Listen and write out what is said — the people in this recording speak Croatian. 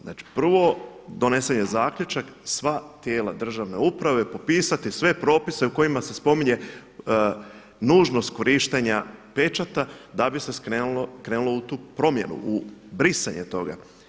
Znači 1. donesen je zaključak, sva tijela državne uprave popisati sve propise u kojima se spominje nužnost korištenja pečata da bi se krenulo u tu promjenu, u brisanje toga.